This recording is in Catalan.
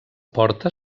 porta